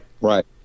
Right